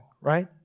right